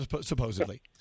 supposedly